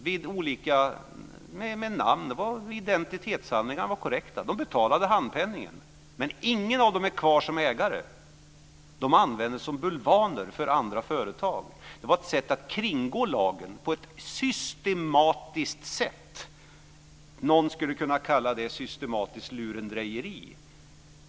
Det fanns namn och identitetshandlingar som var korrekta. De betalade handpenningen, men ingen av dem är kvar som ägare. De användes som bulvaner för andra företag. Det var ett sätt att kringgå lagen på ett systematiskt sätt. Någon skulle kunna kalla det systematiskt lurendrejeri.